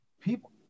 People